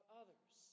others